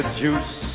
juice